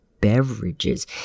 beverages